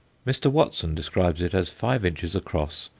mr. watson describes it as five inches across,